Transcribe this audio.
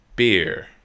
beer